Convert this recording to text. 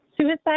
suicide